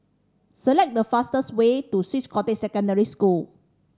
select the fastest way to Swiss Cottage Secondary School